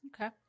Okay